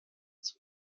zum